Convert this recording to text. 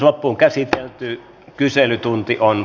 kysymyksen käsittely päättyi